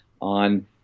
on